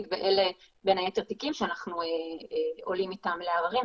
ואלה בין היתר תיקים שאנחנו עולים אתם לעררים.